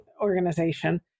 organization